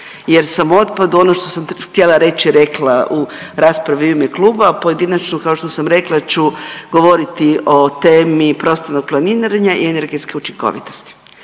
jer sam o otpadu ono što sam htjela reći rekla u raspravi u ime kluba, a pojedinačno kao što sam rekla ću govoriti o temi prostornog planiranja i energetske učinkovitosti.